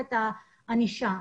את הענישה.